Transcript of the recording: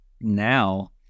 Now